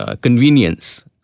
convenience